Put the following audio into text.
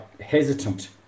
hesitant